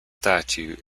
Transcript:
statue